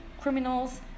criminals